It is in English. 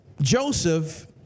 Joseph